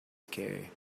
scary